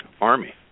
army